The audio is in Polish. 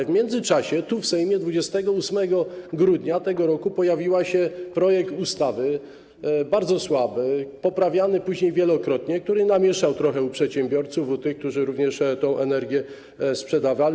W międzyczasie w Sejmie, 28 grudnia tego roku, pojawił się projekt ustawy, bardzo słaby, poprawiany później wielokrotnie, który namieszał trochę u przedsiębiorców, u tych, którzy również tę energię sprzedawali.